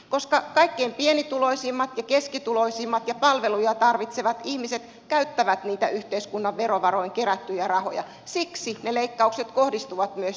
koska kaikkein pienituloisimmat ja keskituloisimmat ja palveluja tarvitsevat ihmiset käyttävät niitä yhteiskunnan verovaroin kerättyjä rahoja siksi ne leikkaukset kohdistuvat myös sinne